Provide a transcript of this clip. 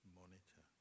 monitor